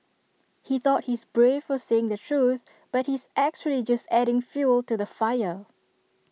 he thought he's brave for saying the truth but he's actually just adding fuel to the fire